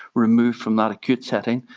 removed from that acute setting,